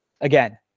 again